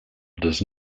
does